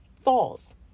falls